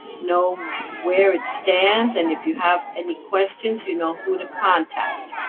know where it stands. and, if you have any questions, you know who to contact